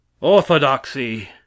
orthodoxy